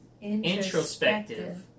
introspective